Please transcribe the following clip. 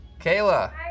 Kayla